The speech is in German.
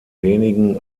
wenigen